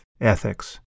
ethics